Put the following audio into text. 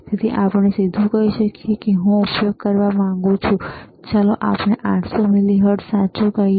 તેથી આપણે સીધું કહી શકીએ કે હું ઉપયોગ કરવા માંગુ છું ચાલો આપણે 800 મિલિહર્ટ્ઝ સાચું કહીએ